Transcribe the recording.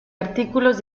artículos